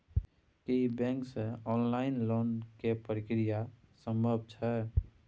की bank से online loan के प्रक्रिया संभव छै?